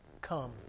come